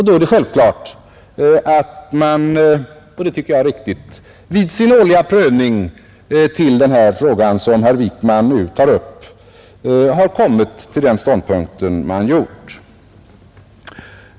Då är det självklart — och det tycker jag är riktigt — att man vid den årliga prövningen av den fråga som herr Wijkman nu tar upp har intagit den ståndpunkt man gjort.